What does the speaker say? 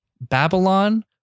Babylon